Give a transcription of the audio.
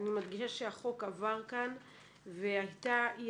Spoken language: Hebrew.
אני מדגישה שהחוק עבר כאן והייתה אי